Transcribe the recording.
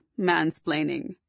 mansplaining